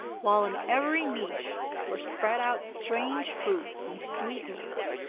while in every niche were spread out strange fruits and sweetmeats,